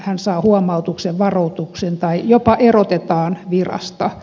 hän saa huomautuksen varoituksen tai jopa erotetaan virasta